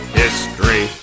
history